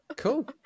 cool